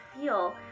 feel